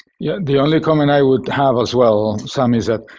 yeah, the only comment i would have as well, sam, is that,